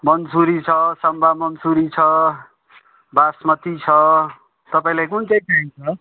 मनसुरी छ सम्बा मनसुरी छ बासमति छ तपाईँलाई कुन चाहिँ चाहिन्छ